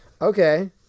okay